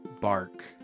Bark